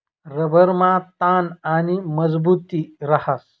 रबरमा ताण आणि मजबुती रहास